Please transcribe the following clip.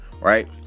right